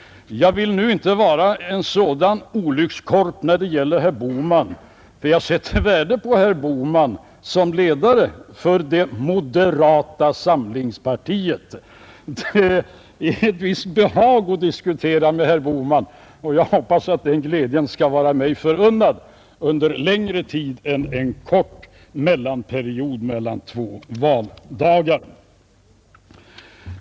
Jag vill nu inte vara en sådan olyckskorp beträffande herr Bohman, ty jag sätter värde på herr Bohman som ledare för moderata samlingspartiet. Det har ett visst behag att diskutera med herr Bohman, och jag hoppas att den glädjen skall vara mig förunnad under längre tid än en kort mellanperiod mellan två valdagar.